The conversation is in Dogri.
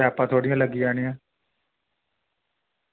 पाइपां थुआढ़ियां लग्गी जानियां